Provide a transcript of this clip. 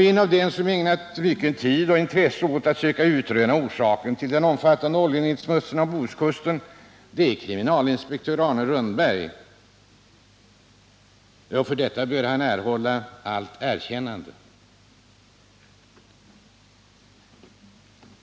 En av dem som ägnat mycken tid och intresse åt att söka utröna orsaken till den omfattande oljenedsmutningen av Bohuskusten är just kriminalinspektör Arne Rönnberg. För detta bör han erhålla allt erkännande.